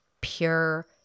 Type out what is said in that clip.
pure